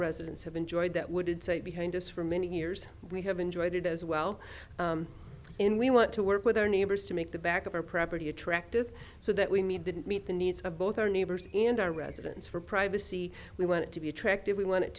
our residents have enjoyed that wooded site behind us for many years we have enjoyed it as well and we want to work with our neighbors to make the back of our property attractive so that we need to meet the needs of both our neighbors and our residents for privacy we want to be attractive we want it